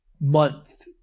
month